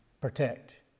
protect